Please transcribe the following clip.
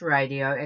Radio